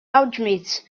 alchemist